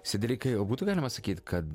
sedrikai o būtų galima sakyt kad